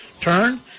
Turn